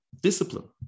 discipline